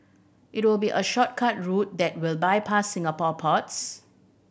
it will be a shortcut route that will bypass Singapore ports